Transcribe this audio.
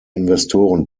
investoren